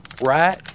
right